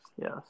Yes